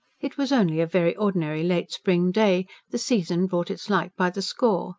it was only a very ordinary late spring day the season brought its like by the score